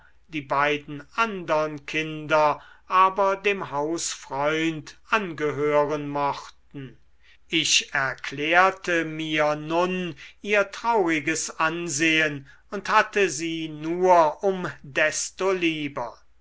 die beiden andern kinder aber dem hausfreund angehören mochten ich erklärte mir nun ihr trauriges ansehen und hatte sie nur um desto lieber